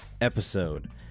episode